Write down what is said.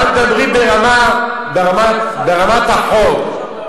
אנחנו מדברים ברמת החוק.